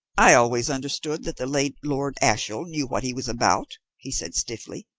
i always understood that the late lord ashiel knew what he was about, he said stiffly.